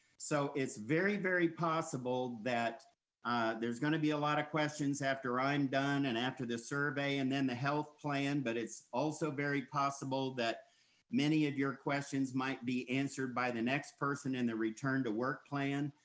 so it's very, very possible that there's gonna be a lot of questions after i'm done and after the survey and then the health plan, but it's also very possible that many of your questions might be answered by the next person in the return to work plan.